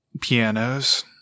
pianos